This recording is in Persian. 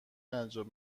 انجام